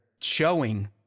showing